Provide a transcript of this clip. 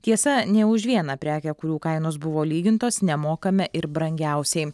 tiesa nė už vieną prekę kurių kainos buvo lygintos nemokame ir brangiausiai